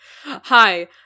Hi